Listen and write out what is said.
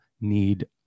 need